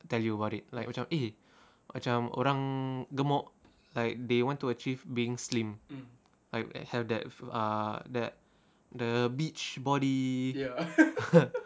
tell you about it like macam eh macam orang gemuk like they want to achieve being slim like have that f~ ah that the beach body